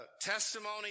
testimony